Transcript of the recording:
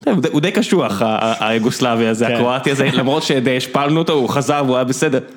הוא די קשוח, היוגוסלבי הזה, הקרואטי הזה, למרות שהשפלנו אותו, הוא חזר והוא היה בסדר.